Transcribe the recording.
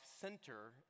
center